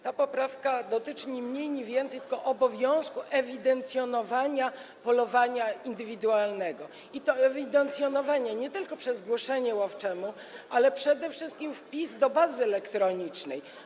Ta poprawka dotyczy ni mniej, ni więcej, tylko obowiązku ewidencjonowania polowania indywidualnego, i to ewidencjonowania nie tylko przez głoszenie łowczemu, ale przede wszystkim przez wpis do bazy elektronicznej.